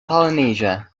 polynesia